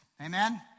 Amen